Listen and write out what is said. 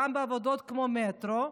גם בעבודות כמו מטרו,